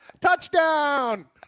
Touchdown